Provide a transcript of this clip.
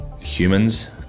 humans